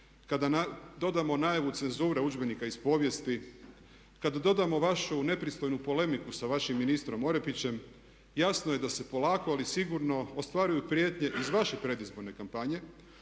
kada dodamo najavu cenzure udžbenika iz povijesti, kada dodamo vašu nepristojnu polemiku sa vašim ministrom Orepićem jasno je da se polako ali sigurno ostvaruju prijetnje iz vaše predizborne kampanje.